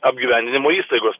apgyvendinimo įstaigos